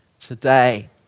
today